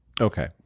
Okay